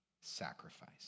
sacrifice